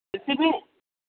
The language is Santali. ᱦᱮᱸ